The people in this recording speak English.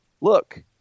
look